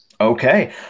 Okay